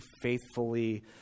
faithfully